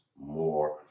more